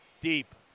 Deep